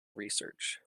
research